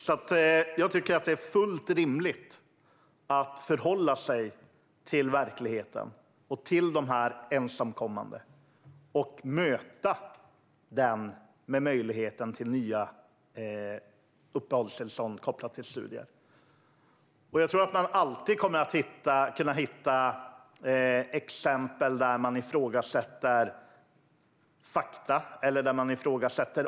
Jag tycker därför att det är fullt rimligt att förhålla sig till verkligheten och till de ensamkommande och möta dem med en möjlighet till ett nytt uppehållstillstånd som är kopplat till studier. Jag tror att man alltid kommer att kunna hitta exempel där fakta eller ålder kan ifrågasättas.